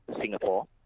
Singapore